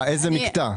איזה מקטע?